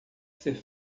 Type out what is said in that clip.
ser